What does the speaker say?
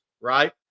right